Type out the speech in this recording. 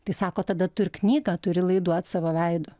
tai sako tada tu ir knygą turi laiduot savo veidu